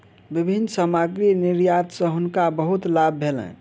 विभिन्न सामग्री निर्यात सॅ हुनका बहुत लाभ भेलैन